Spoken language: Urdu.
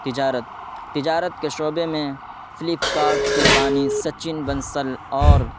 تجارت تجارت کے شعبے میں فلپکارٹ کے بانی سچن بنسل اور